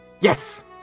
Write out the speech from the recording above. Yes